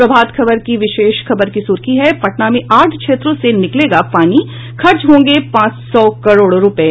प्रभात खबर की विशेष खबर की सुर्खी है पटना में आठ क्षेत्रों से निकलेगा पानी खर्च होंगे पांच सौ करोड़ रूपये